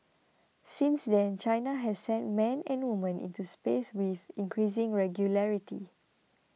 since then China has sent men and woman into space with increasing regularity